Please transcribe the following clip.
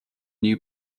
new